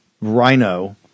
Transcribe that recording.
rhino